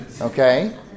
okay